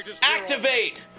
activate